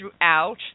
throughout